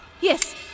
Yes